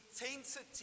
intensity